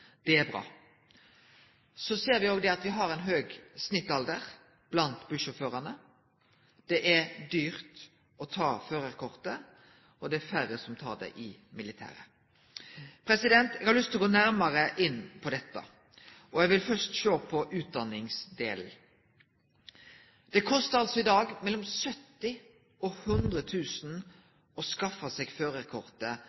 det er bra. Så ser me òg at me har ein høg snittalder blant bussjåførane, det er dyrt å ta førarkortet, og det er færre som tek det i militæret. Eg har lyst til å gå nærmare inn på dette, og eg vil først sjå på utdanningsdelen. Det kostar altså i dag mellom 70 000 kr og